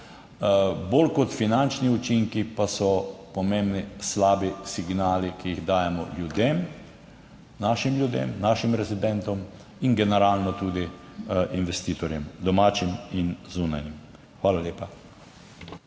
Bolj kot finančni učinki pa so pomembni slabi signali, ki jih dajemo ljudem. Našim ljudem, našim rezidentom in generalno tudi investitorjem, domačim in zunanjim. Hvala lepa.